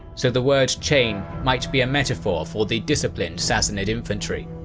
so the word chain might be a metaphor for the disciplined sassanid infantry.